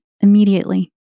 immediately